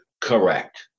correct